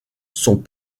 sont